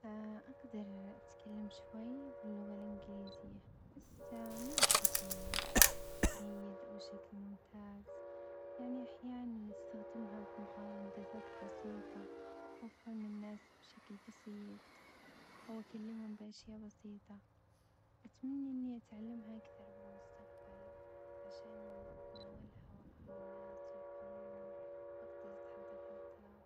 أقدر أتكلم شوي باللغة الإنجليزية بس مو بشكل جيد أو شكل ممتاز، يعني أحيانًا أستخدمها في محادثات بسيطة أو فهم الناس بشكل بسيط أو أكلمهم بأشياء بسيطة، أتمنى إني أتعلمها أكثر بالمستقبل عشان أتناولها وأفهم الناس ويفهموني وأقدر أتحدثها بطلاقة.